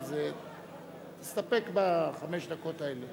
תסתפק בחמש דקות האלה.